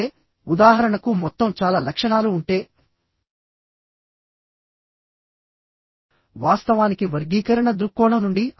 అంటే ఇది 1 2 3 మార్గం లో ఫెయిల్ అయ్యే అవకాశం ఉంది